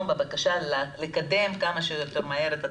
בבקשה לקדם כמה שיותר מהר את התוכנית,